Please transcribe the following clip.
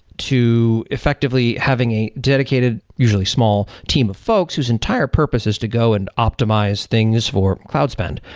to effectively having a dedicated usually small team of folks whose entire purpose is to go and optimize things for cloud spend.